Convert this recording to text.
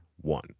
one